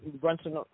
Brunson